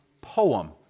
poem